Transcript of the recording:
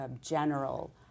general